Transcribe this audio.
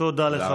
תודה רבה.